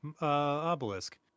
Obelisk